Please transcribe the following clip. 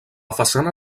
façana